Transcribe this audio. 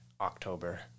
October